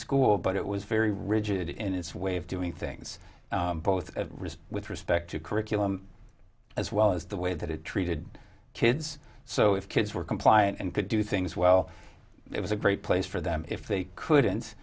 school but it was very rigid in its way of doing things both with respect to curriculum as well as the way that it treated kids so if kids were compliant and could do things well it was a great place for them if they couldn't